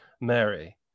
Mary